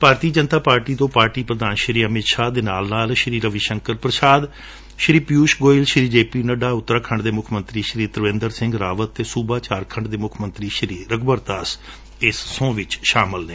ਭਾਰਤੀ Janata party ਤੋਂ party ਪ੍ਧਾਨ ਅਮਿਤ ਸ਼ਾਹ ਦੇ ਨਾਲ ਨਾਲ Ravi Shankar Prasad Piyush Goyal J P Nadda Uttarakhand ਦੇ ਮੁੱਖ ਮੰਤਰੀ ਤਵਿੰਦਰ ਸਿੰਘ ਰਾਵਤ ਅਤੇ ਸੁਬਾ ਝਾੜਖੰਡ ਦੇ ਮੁੱਖ ਮੰਤਰੀ ਰਘੁਬਰ ਦਾਸ ਅਤੇ ਇਸ ਸਹੁੰ ਵਿਚ ਸ਼ਾਮਲ ਨੇ